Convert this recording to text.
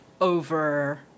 over